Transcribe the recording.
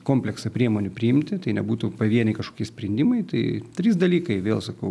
kompleksą priemonių priimti tai nebūtų pavieniai kažkokie sprendimai tai trys dalykai vėl sakau